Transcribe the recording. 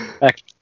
Back